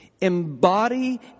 embody